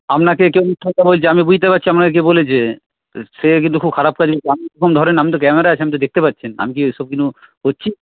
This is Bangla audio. আপনাকে কেউ মিথ্যে কথা বলছে আমি বুঝতে পারছি আপনাকে কে বলেছে সে কিন্তু খুব খারাপ কাজ করছে আমি আমাকে ধরেন এখানে তো ক্যামেরা আপনি তো দেখতে পাচ্ছেন আমি কি এসব কিছু করছি